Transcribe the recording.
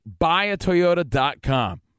buyatoyota.com